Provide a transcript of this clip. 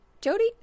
Jody